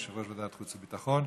יושב-ראש ועדת החוץ והביטחון.